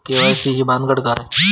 KYC ही भानगड काय?